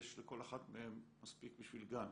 יש לכל אחת מהן מספיק בשביל גן.